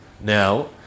Now